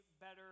better